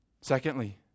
Secondly